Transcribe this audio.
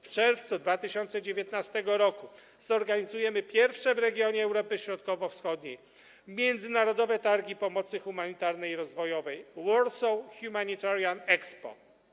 W czerwcu 2019 r. zorganizujemy pierwsze w regionie Europy Środkowo-Wschodniej Międzynarodowe Targi Pomocy Humanitarnej i Rozwojowej Warsaw Humanitarian Expo.